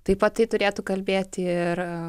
taip pat tai turėtų kalbėti ir